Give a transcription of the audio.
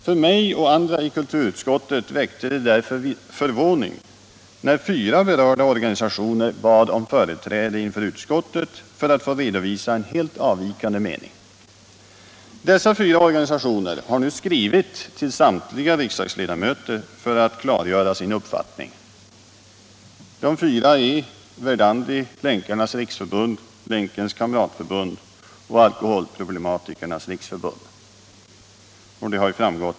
För mig och andra i kulturutskottet var det därför förvånande när fyra berörda organisationer bad om företräde inför utskottet för att få redovisa en helt avvikande mening. Dessa fyra organisationer har nu skrivit till samtliga riksdagsledamöter för att klargöra sin uppfattning. De fyra organisationerna är Verdandi, Länkarnas riksförbund, Länkens kamratförbund och Alkoholproblematikernas riksförbund.